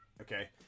Okay